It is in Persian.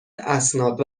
اسناد